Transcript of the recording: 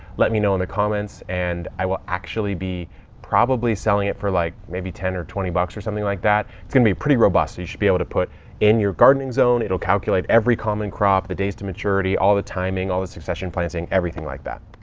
let me know in the comments. and i will actually be probably selling it for like maybe ten or twenty bucks or something like that. it's going to be pretty robust. you should be able to put in your gardening zone, it'll calculate every common crop, the days to maturity, all the timing, all the succession planting, everything like that.